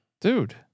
Dude